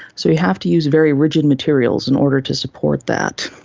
so you have to use very rigid materials in order to support that.